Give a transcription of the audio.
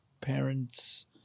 parents